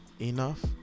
enough